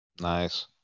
Nice